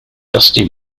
dusty